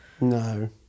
No